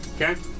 Okay